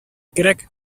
кирәк